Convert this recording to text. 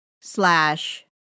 slash